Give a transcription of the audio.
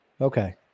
okay